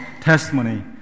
testimony